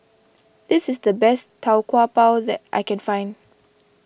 this is the best Tau Kwa Pau that I can find